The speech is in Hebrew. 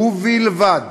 ובלבד